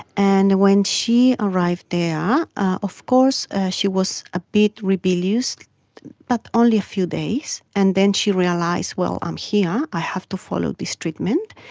and when she arrived there, of course she was a bit rebellious but only a few days, and then she realised, well, i'm here, i have to follow this treatment,